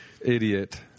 idiot